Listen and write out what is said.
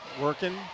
working